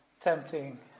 tempting